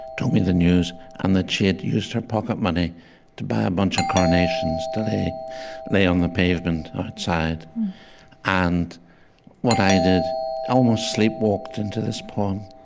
told me the news and that she had used her pocket money to buy a bunch of carnations to lay on the pavement outside and what i did i almost sleep-walked into this poem.